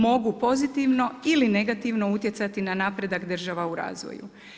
Mogu pozitivno ili negativno utjecati na napredak država u razvoju.